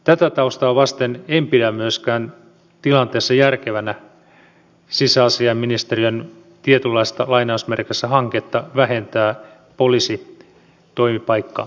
tätä taustaa vasten en pidä tilanteessa järkevänä myöskään sisäasianministeriön tietynlaista hanketta vähentää poliisi toi paikka